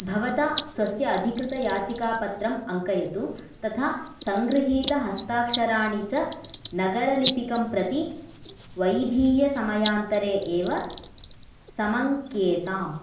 भवता स्वस्य अधिकृतयाचिकापत्रम् अङ्कयतु तथा संगृहीतहस्ताक्षराणि च नगरलिपिकं प्रति वैधीयसमयान्तरे एव समङ्केताम्